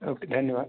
okay धन्यवाद